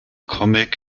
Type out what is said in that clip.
comic